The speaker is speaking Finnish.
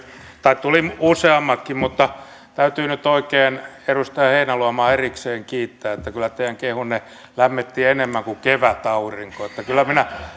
tai tuli useammatkin mutta täytyy nyt oikein edustaja heinäluomaa erikseen kiittää että kyllä teidän kehunne lämmitti enemmän kuin kevätaurinko että kyllä minä